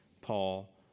Paul